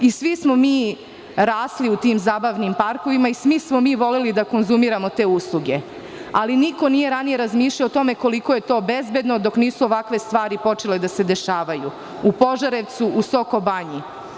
I svi smo mi rasli u tim zabavnim parkovima i svi smo mi voleli da konzumiramo te usluge, ali niko nije ranije razmišljao o tome koliko je to bezbedno dok nisu ovakve stvari počele da se dešavaju u Požarevcu, u Sokobanji.